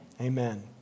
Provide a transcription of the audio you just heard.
Amen